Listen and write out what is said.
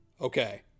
Okay